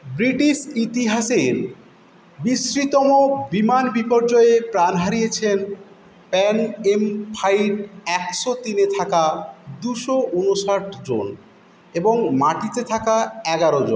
British ইতিহাসের বিশ্রীতম বিমান বিপর্যয়ে প্রাণ হারিয়েছেন প্যান অ্যাম ফ্লাইট একশো তিনে থাকা দুশো ঊনষাট জন এবং মাটিতে থাকা এগারো জন